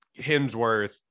Hemsworth